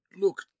look